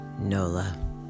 Nola